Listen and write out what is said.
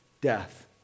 death